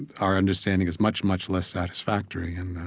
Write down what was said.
our understanding is much, much less satisfactory and,